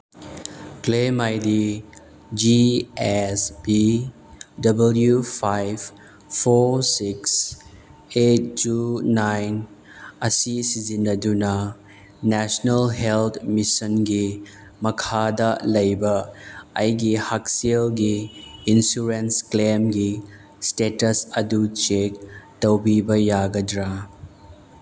claim I D G S P W five four six eight two nine ꯑꯁꯤ ꯁꯤꯖꯤꯟꯅꯗꯨꯅ national health ꯃꯤꯁꯟꯒꯤ ꯃꯈꯥꯗ ꯑꯩꯒꯤ ꯍꯛꯁꯦꯜꯒꯤ ꯏꯟꯁꯨꯔꯦꯟꯁ ꯀ꯭ꯂꯦꯝꯒꯤ ꯏꯁꯇꯦꯇꯁ ꯑꯗꯨ ꯆꯦꯛ ꯇꯧꯕꯤꯕ ꯌꯥꯒꯗ꯭ꯔꯥ